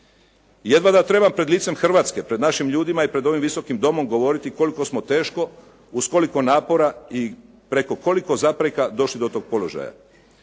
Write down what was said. Jedva da treba pred licem Hrvatske, pred našim ljudima i pred ovim Visokim domom govoriti koliko smo teško, uz koliko napora i preko koliko zapreka došli do tog položaja.